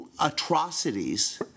atrocities